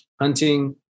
hunting